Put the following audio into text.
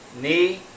knee